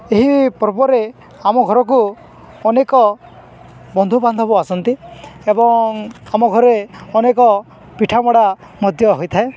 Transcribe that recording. ଏହି ପର୍ବରେ ଆମ ଘରକୁ ଅନେକ ବନ୍ଧୁବାନ୍ଧବ ଆସନ୍ତି ଏବଂ ଆମ ଘରେ ଅନେକ ପିଠାମଡ଼ା ମଧ୍ୟ ହୋଇଥାଏ